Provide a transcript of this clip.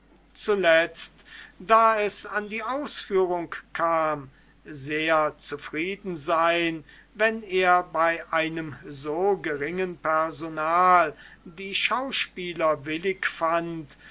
zuletzt da es an die ausführung kam sehr zufrieden sein wenn er bei einem so geringen personal die schauspieler willig fand